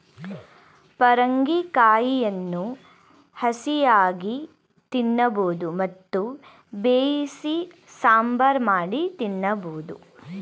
ಪರಂಗಿ ಕಾಯಿಯನ್ನು ಹಸಿಯಾಗಿ ತಿನ್ನಬೋದು ಮತ್ತು ಬೇಯಿಸಿ ಸಾಂಬಾರ್ ಮಾಡಿ ತಿನ್ನಬೋದು